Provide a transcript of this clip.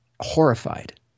horrified